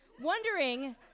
wondering